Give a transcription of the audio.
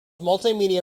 multimedia